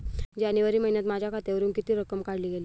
जानेवारी महिन्यात माझ्या खात्यावरुन किती रक्कम काढली गेली?